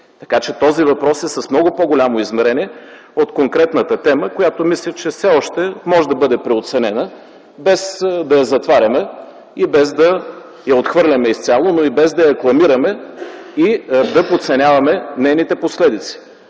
Така че, този въпрос е с много по-голямо измерение от конкретната тема, която мисля, че все още може да бъде преоценена, без да я затваряме и без да я отхвърляме изцяло, но и без да я кламираме и да подценяваме нейните последици,